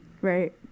Right